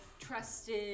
trusted